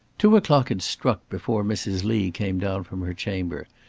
two o'clock had struck before mrs. lee came down from her chamber,